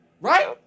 Right